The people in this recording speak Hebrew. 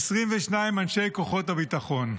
22 אנשי כוחות הביטחון.